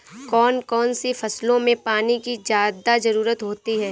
कौन कौन सी फसलों में पानी की ज्यादा ज़रुरत होती है?